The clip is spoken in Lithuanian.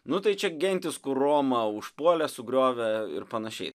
nu tai čia gentys kur romą užpuolė sugriovė ir panašiai